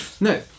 no